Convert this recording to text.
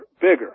bigger